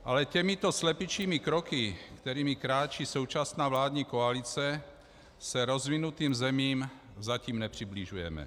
Ale těmito slepičími kroky, kterými kráčí současná vládní koalice, se rozvinutým zemím zatím nepřibližujeme.